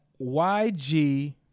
YG